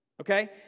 Okay